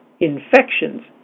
infections